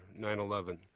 9-11